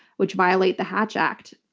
which violates the hatch act.